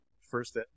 First